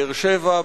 באר-שבע,